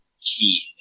key